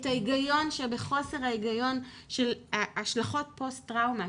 את ההגיון שבחוסר ההגיון של השלכות פוסט טראומה,